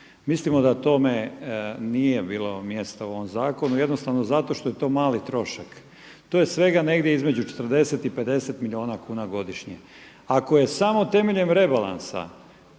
Mislimo da tome nije bilo mjesta u ovom zakonu jednostavno zato što je to mali trošak. To je svega negdje između 40 i 50 milijuna kuna godišnje. Ako je samo temeljem rebalansa